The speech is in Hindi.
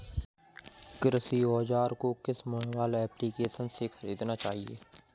कृषि औज़ार को किस मोबाइल एप्पलीकेशन से ख़रीदना चाहिए?